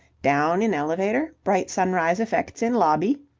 down in elevator. bright sunrise effects in lobby.